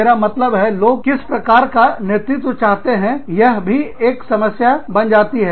मेरा मतलब है लोग किस प्रकार का नेतृत्व चाहते हैं यह भी एक समस्या बन जाती है